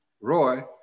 Roy